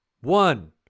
One